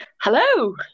Hello